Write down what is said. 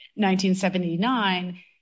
1979